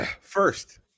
first